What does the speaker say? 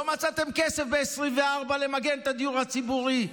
לא מצאתם כסף ב-2024 למגן את הדיור הציבורי.